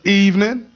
evening